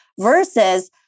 versus